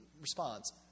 response